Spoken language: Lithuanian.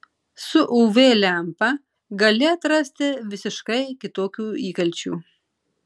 su uv lempa gali atrasti visiškai kitokių įkalčių